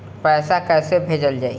पैसा कैसे भेजल जाइ?